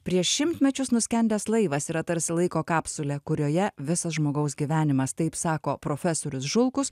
prieš šimtmečius nuskendęs laivas yra tarsi laiko kapsulė kurioje visas žmogaus gyvenimas taip sako profesorius žulkus